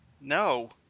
No